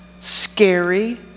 scary